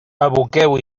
aboqueu